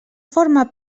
forma